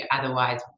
otherwise